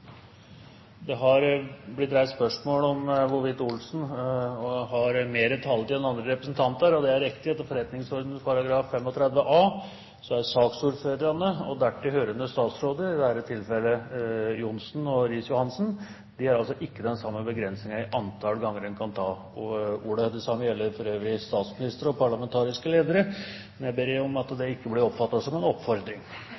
Det har blitt reist spørsmål om hvorvidt representanten Solvik-Olsen har mer taletid enn andre representanter, og det er riktig. Etter forretningsordenen § 35 punkt a har saksordførerne og dertil hørende statsråder, i dette tilfellet Sigbjørn Johnsen og Terje Riis-Johansen, ikke de samme begrensningene i antall ganger de kan ta ordet. Det samme gjelder for øvrig statsministeren og parlamentariske ledere. Jeg ber om at